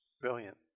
brilliant